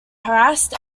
harassed